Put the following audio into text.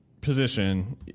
position